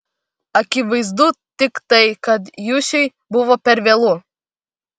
akivaizdu tik tai kad jusiui buvo per vėlu